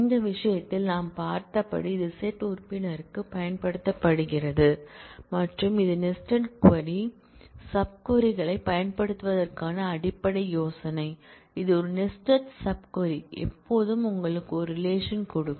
இந்த விஷயத்தில் நாம் பார்த்தபடி இது செட் உறுப்பினர்க்கு பயன்படுத்தப்படுகிறது மற்றும் இது நெஸ்டட் சப் க்வரி களைப் பயன்படுத்துவதற்கான அடிப்படை யோசனை இது ஒரு நெஸ்டட் சப் க்வரி எப்போதும் உங்களுக்கு ஒரு ரிலேஷன் கொடுக்கும்